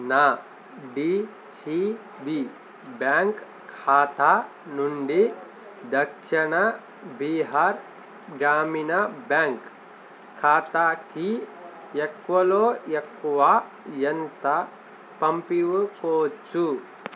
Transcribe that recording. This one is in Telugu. నా డిసిబి బ్యాంక్ ఖాతా నుండి దక్షణ బీహార్ గ్రామీణ బ్యాంక్ ఖాతాకి ఎక్కువలో ఎక్కువ ఎంత పంపించువచ్చు